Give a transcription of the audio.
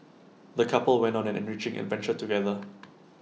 the couple went on an enriching adventure together